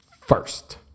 First